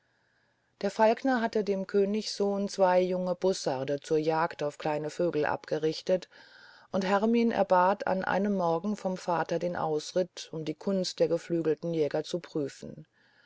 der falkner hatte dem königssohn zwei junge bussarde zur jagd auf kleine vögel abgerichtet und hermin erbat an einem morgen vom vater den ausritt um die kunst der geflügelten jäger zu prüfen